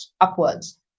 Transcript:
upwards